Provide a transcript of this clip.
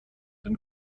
den